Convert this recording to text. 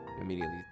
immediately